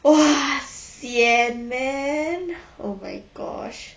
!wah! sian man oh my gosh